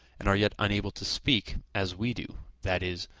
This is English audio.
and are yet unable to speak as we do, that is,